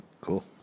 Cool